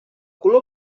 color